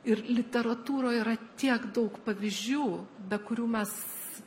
ir literatūroj yra tiek daug pavyzdžių be kurių mes